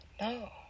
No